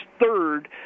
third